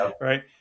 right